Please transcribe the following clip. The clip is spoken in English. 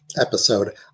episode